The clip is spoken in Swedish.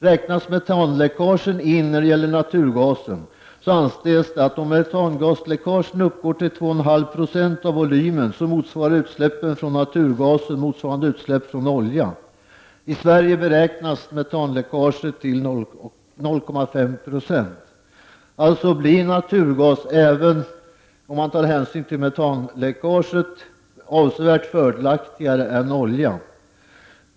Om metanläckaget räknas in när det gäller naturgasen och om metangasläckagen uppgår till 2,5 20 av volymen motsvarar, anses det, utsläppen från naturgasen utsläppen från olja. I Sverige beräknas metanläckaget till 0,5 procent. Naturgas blir alltså, även om man tar hänsyn till metanläckaget, avsevärt fördelaktigare än olja.